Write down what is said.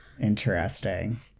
Interesting